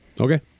Okay